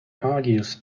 argues